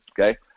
okay